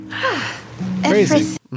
Crazy